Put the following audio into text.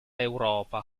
europa